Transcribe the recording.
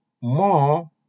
more